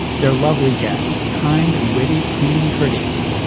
they're lovely guests. kind and witty, clean and courteous.